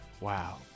Wow